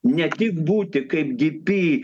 net tik būti kaip dy py